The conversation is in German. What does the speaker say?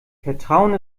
vertrauen